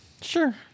Sure